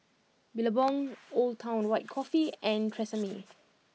Billabong Old Town White Coffee and Tresemme